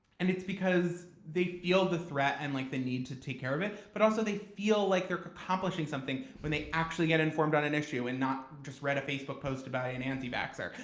and it's because they feel the threat and like the need to take care of it. but also, they feel like they're accomplishing something when they actually get informed on an issue and not just read a facebook post about an anti-vaxxer.